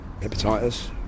hepatitis